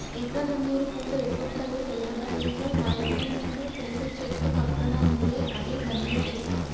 ఎర్ర గన్నేరు పూలు ఎట్లుంటయో తెల్వదా నీకు మాఇంటి ముందు తులసి చెట్టు పక్కన ఉందే అదే గన్నేరు చెట్టు